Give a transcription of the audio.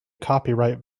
copyright